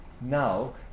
now